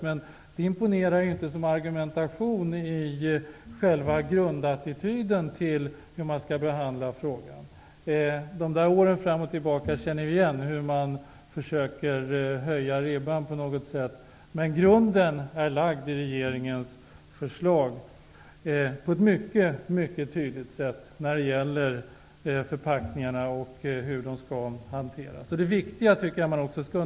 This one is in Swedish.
Men det imponerar inte såsom argumentation för själva grundattityden till hur man skall behandla frågan. De där åren fram och tillbaka känner vi igen. Man försöker höja ribban på något sätt. Men grunden är på ett mycket tydligt sätt lagd i regeringens förslag när det gäller hanteringen av förpackningarna.